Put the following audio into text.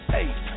Hey